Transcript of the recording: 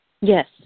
Yes